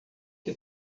que